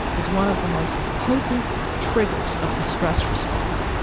is one of the most potent triggers of the stress response.